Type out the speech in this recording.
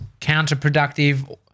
counterproductive